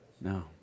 No